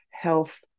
health